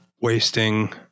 wasting